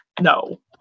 no